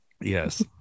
Yes